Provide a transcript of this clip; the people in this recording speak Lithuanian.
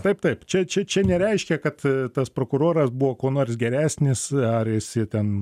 taip taip čia čia čia nereiškia kad tas prokuroras buvo kuo nors geresnis ar jis jį ten